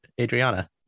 Adriana